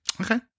Okay